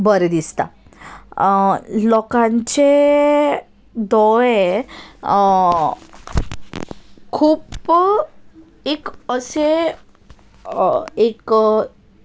बरें दिसता लोकांचे दोळे खूप एक अशें एक